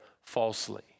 falsely